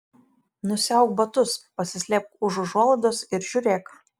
nusiauk batus pasislėpk už užuolaidos ir žiūrėk